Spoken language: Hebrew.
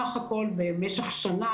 בסך כל במשך שנה,